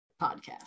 podcast